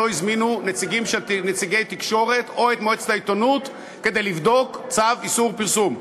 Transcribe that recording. לא הזמינו נציגי תקשורת או את מועצת העיתונות כדי לבדוק צו איסור פרסום.